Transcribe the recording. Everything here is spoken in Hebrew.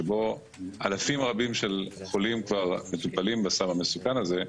שבו אלפים רבים של חולים כבר מטופלים בסם המסוכן הזה.